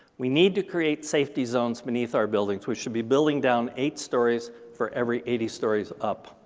we need to create safety zones beneath our buildings. we should be building down eight stories for every eighty stories up,